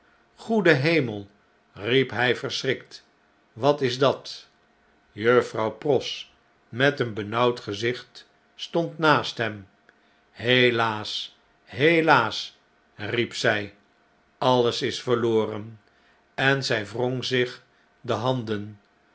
goede hemel riep hjj verschrikt wat is dat juffrouw pross met een benauwd gezicht stond naast hem helaas helaas riep zn alles is verlorenl en zjj wrong zich de handen